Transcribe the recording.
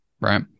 right